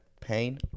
pain